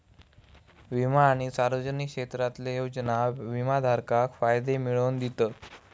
विमा आणि सार्वजनिक क्षेत्रातले योजना विमाधारकाक फायदे मिळवन दितत